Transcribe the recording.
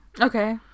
Okay